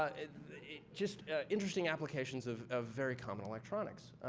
just interesting applications of of very common electronics.